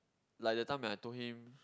like the time that I told him